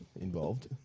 involved